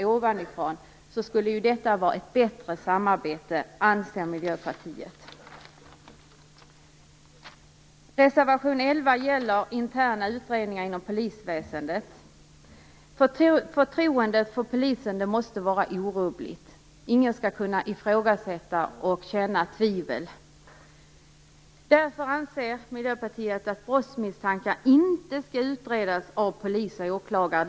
Ett samarbete med Interpol skulle vara bättre, anser Miljöpartiet. Reservation 11 gäller interna utredningar inom polisväsendet. Förtroendet för polisen måste vara orubbligt. Ingen skall kunna ifrågasätta och känna tvivel. Därför anser Miljöpartiet att brottsmisstankar inte skall utredas av poliser och åklagare.